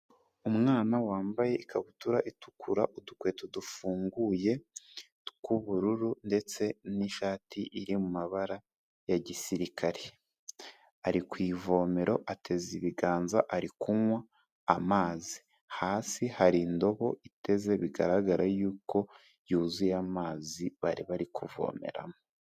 Umwana wambaye ikabutura itukura, udukweto dufunguye tw'ubururu ndetse n'ishati iri mu mabara ya gisirikari, ari ku ivomero ateze ibiganza ari kunywa amazi, hasi hari indobo iteze bigaragara yuko yuzuye amazi bari bari kuvomeramo.